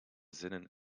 zinnen